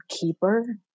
keeper